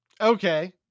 Okay